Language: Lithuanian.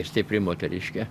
stipri moteriškė